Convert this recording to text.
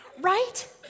right